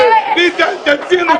ביטן, תציל אותי.